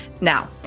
Now